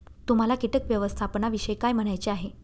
तुम्हाला किटक व्यवस्थापनाविषयी काय म्हणायचे आहे?